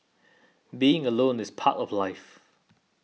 being alone is part of life